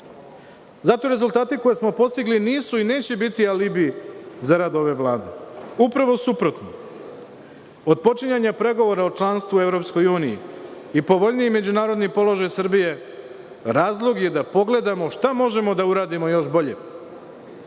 rezultati koje smo postigli nisu i neće biti alibi za rad ove Vlade. Upravo suprotno , otpočinjanje pregovora o članstvu u EU i povoljniji međunarodni položaj Srbije, razlog je da pogledamo šta možemo da uradimo još bolje. To